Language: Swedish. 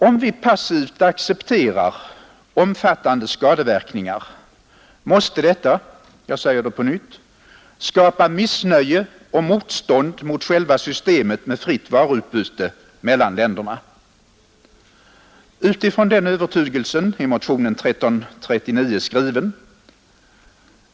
Om vi passivt accepterar omfattande skadeverkningar måste detta — jag säger det på nytt — skapa missnöje med och motstånd mot själva systemet med fritt varuutbyte mellan länderna. Utifrån den övertygelsen är motionen 1339 skriven.